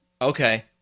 Okay